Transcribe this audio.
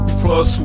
plus